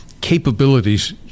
capabilities